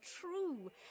true